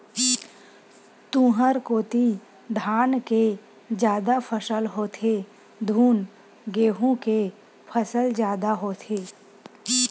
तुँहर कोती धान के जादा फसल होथे धुन गहूँ के फसल जादा होथे?